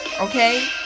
okay